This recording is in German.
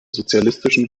sozialistischen